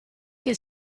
che